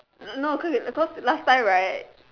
no cause it cause last time right